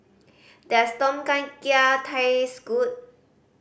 does Tom Kha Gai taste good